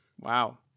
Wow